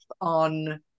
on